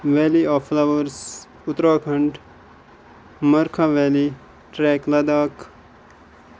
valley of flowers Uttarakhand Markha valley trek Ladakh